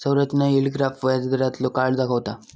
संरचना yield graph व्याजदारांतलो काळ दाखवता